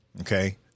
Okay